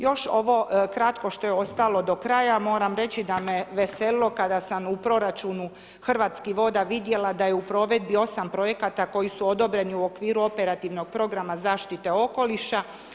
Još ovo kratko što je ostalo do kraja moram reći da me veselilo kada sam u proračunu Hrvatskih voda vidjela da je u provedbi 8 projekata koji su odobreni u okviru operativnog programa zaštite okoliša.